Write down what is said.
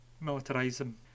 militarism